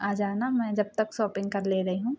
आ जाना मैं जब तक सॉपिंग कर ले रही हूँ